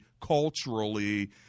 culturally